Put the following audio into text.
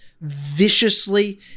viciously